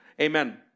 Amen